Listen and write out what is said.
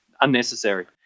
unnecessary